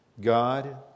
God